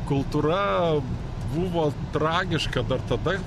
kultūra buvo tragiška dar tada